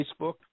Facebook